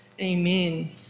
amen